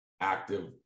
active